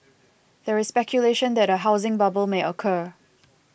there is speculation that a housing bubble may occur